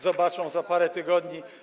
Zobaczą za parę tygodni.